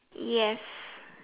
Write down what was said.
yes